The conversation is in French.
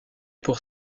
pour